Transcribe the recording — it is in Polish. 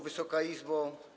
Wysoka Izbo!